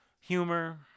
humor